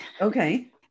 Okay